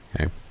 okay